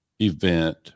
event